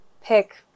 pick